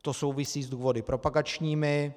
To souvisí s důvody propagačními.